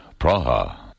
Praha